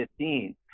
2015